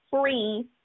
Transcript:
free